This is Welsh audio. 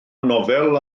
nofel